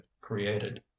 created